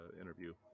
interview